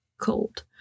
cold